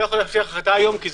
לא מבטיח החלטה היום.